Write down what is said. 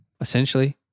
essentially